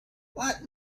let